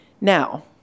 Now